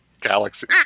Galaxy